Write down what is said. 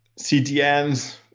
CDNs